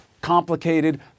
complicated